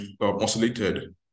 oscillated